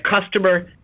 customer